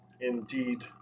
indeed